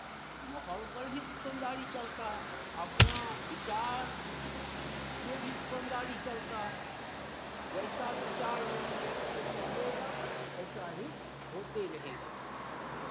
माहौल पर ही दुकानदारी चलता है अपना विचार से भी दुकानदारी चलता है जैसा विचार मन में रख के चलिएगा ऐसा ही होते रहेगा